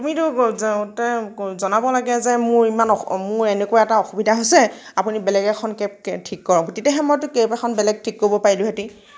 তুমিতো যাওঁতে জনাব লাগে যে মোৰ ইমান অ মোৰ এনেকুৱা এটা অসুবিধা হৈছে আপুনি বেলেগ এখন কেবকে ঠিক কৰক তেতিয়াহেতো মইটো কেব এখন বেলেগ ঠিক কৰিব পাৰিলোহেতি